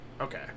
Okay